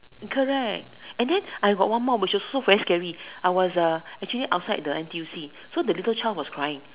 correct and then I got one more which is also very scary I was actually outside N_T_U_C so the little child was crying